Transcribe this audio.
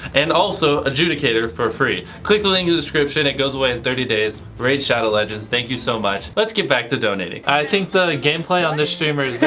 and also adjudicator for free. click the link in the description, it goes away in thirty days. raid shadow legends, thank you so much. let's get back to donating. i think the gameplay on this streamer is